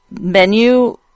menu